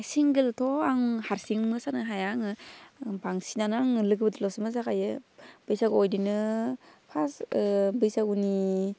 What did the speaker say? सिंगेलथ' आं हारसिं मोसानो हाया आङो बांसिनानो आङो लोगोफोरदोल'सो मोसाखायो बैसागुआव बिदिनो फार्स्त बैसागुनि